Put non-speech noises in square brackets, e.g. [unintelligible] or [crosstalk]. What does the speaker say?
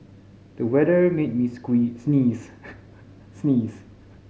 the weather made me [unintelligible] sneeze [noise] sneeze